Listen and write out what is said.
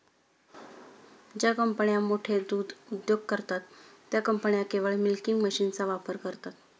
ज्या कंपन्या मोठे दूध उद्योग करतात, त्या कंपन्या केवळ मिल्किंग मशीनचा वापर करतात